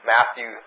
Matthew